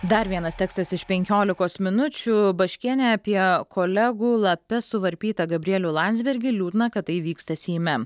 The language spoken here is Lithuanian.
dar vienas tekstas iš penkiolikos minučių baškienė apie kolegų lape suvarpytą gabrielių landsbergį liūdna kad tai vyksta seime